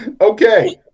Okay